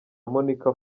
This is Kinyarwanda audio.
monika